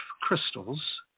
crystals